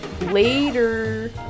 later